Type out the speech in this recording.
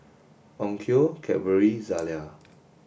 Onkyo Cadbury Zalia